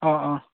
অঁ অঁ